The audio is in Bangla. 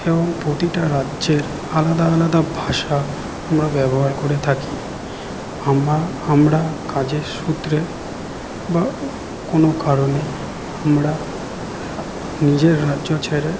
এবং প্রতিটা রাজ্যের আলাদা আলাদা ভাষা আমরা ব্যবহার করে থাকি আমা আমরা কাজের সূত্রে বা কোনো কারণে আমরা নিজের রাজ্য ছেড়ে